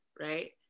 right